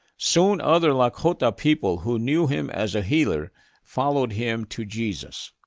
soon, other lakota people who knew him as a healer followed him to jesus.